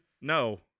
No